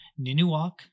Ninuak